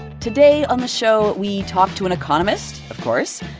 today on the show we talk to an economist, of course.